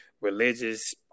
religious